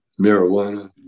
marijuana